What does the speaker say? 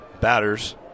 batters